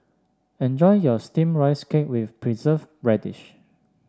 enjoy your steamed Rice Cake with Preserved Radish